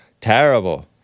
terrible